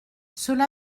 cela